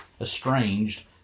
estranged